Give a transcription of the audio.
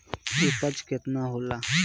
उपज केतना होला?